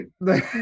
right